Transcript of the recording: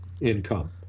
income